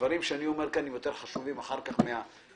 הדברים שאני אומר כאן חשובים יותר מן הסעיפים שנקרא אחר כך.